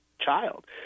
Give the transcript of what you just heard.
child